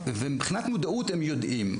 אז מבחינת מודעות, הם יודעים.